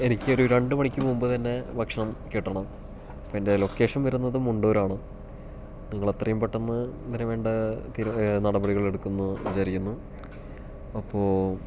എനിക്കൊരു രണ്ട് മണിക്ക് മുൻപ് തന്നെ ഭക്ഷണം കിട്ടണം ഇപ്പോൾ എൻ്റെ ലൊക്കേഷൻ വരുന്നത് മുണ്ടൂരാണ് നിങ്ങളെത്രയും പെട്ടന്ന് ഇതിന് വേണ്ട നടപടികൾ എടുക്കുമെന്ന് വിചാരിക്കുന്നു അപ്പോൾ